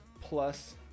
plus